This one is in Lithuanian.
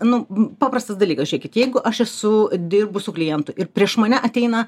nu paprastas dalykas žiūrėkit jeigu aš esu dirbus su klientu ir prieš mane ateina